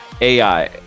ai